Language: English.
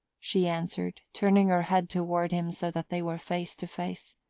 she answered, turning her head toward him so that they were face to face.